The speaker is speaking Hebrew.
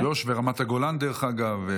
וברמת הגולן, דרך אגב.